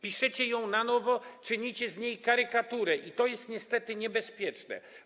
Piszecie ją na nowo, czynicie z niej karykaturę, i to jest niestety niebezpieczne.